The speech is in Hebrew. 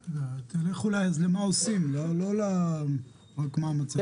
תלך אולי אז למה עושים, לא רק למה המצב.